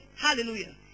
Hallelujah